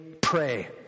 pray